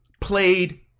played